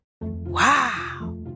Wow